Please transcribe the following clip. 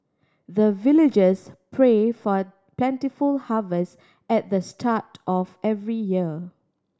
the villagers pray for plentiful harvest at the start of every year